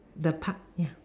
the Park ya